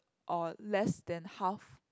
or less than half